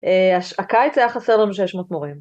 הקיץ היה חסר לנו שש מאות מורים.